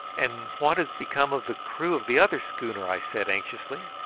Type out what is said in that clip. and what has become of the crew of the other schooner? i said anxiously.